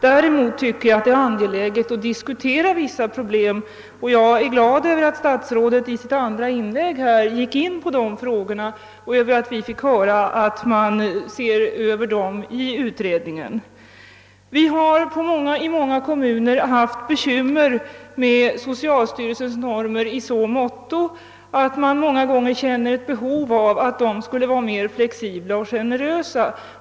Däremot anser jag det angeläget att diskutera vissa problem, och jag är glad över att statsrådet i sitt andra inlägg gick in på dessa frågor och att vi fick höra att utredningen gör en översyn av dem. I många kommuner har man haft bekymmer med socialstyrelsens normer i så måtto att man känt ett behov av att dessa skulle vara mer flexibla och generösa.